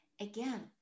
Again